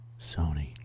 sony